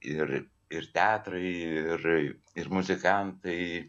ir ir teatrai ir ir muzikantai